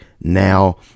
now